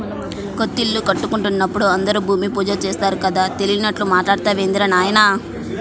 కొత్తిల్లు కట్టుకుంటున్నప్పుడు అందరూ భూమి పూజ చేత్తారు కదా, తెలియనట్లు మాట్టాడతావేందిరా నాయనా